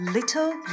Little